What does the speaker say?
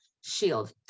shield